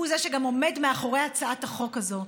הוא שגם עומד מאחורי הצעת החוק הזאת.